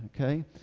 okay